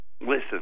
Listen